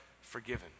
forgiven